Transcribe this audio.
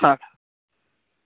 હા